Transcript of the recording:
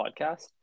podcast